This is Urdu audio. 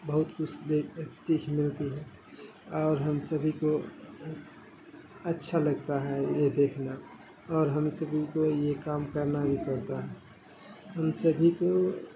بہت کچھ سیکھ ملتی ہے اور ہم سبھی کو اچھا لگتا ہے یہ دیکھنا اور ہم سبھی کو یہ کام کرنا بھی پڑتا ہے ہم سبھی کو